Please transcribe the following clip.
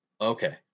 okay